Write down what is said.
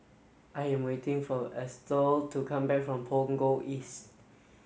I am waiting for Estelle to come back from Punggol East